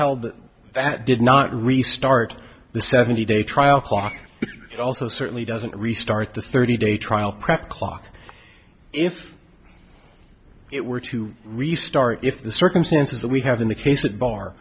held that did not restart the seventy day trial also certainly doesn't restart the thirty day trial prep clock if it were to restart if the circumstances that we have in the case at bar